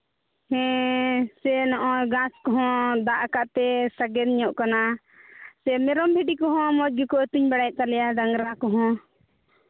ᱦᱮᱸᱻ ᱥᱮ ᱱᱚᱜᱼᱚᱭ ᱜᱷᱟᱥ ᱠᱚᱦᱚᱸ ᱫᱟᱜ ᱟᱠᱟᱫ ᱛᱮ ᱥᱟᱜᱮᱱ ᱧᱚᱜ ᱟᱠᱟᱱᱟ ᱥᱮ ᱢᱮᱨᱚᱢ ᱵᱷᱤᱰᱤ ᱠᱚᱦᱚᱸ ᱢᱚᱡᱽ ᱜᱮᱠᱚ ᱟᱹᱛᱤᱧ ᱵᱟᱲᱟᱭᱮᱫ ᱛᱟᱞᱮᱭᱟ ᱰᱟᱝᱨᱟ ᱠᱚᱦᱚᱸ